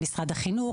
למשרד החינוך,